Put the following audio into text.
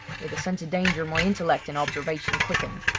with a sense of danger my intellect and observation quickened,